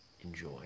Enjoy